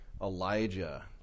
Elijah